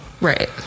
Right